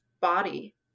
body